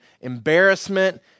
embarrassment